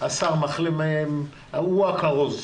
השר, הוא הכרוז.